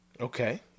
okay